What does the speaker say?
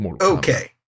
Okay